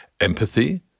empathy